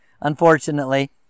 unfortunately